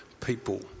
people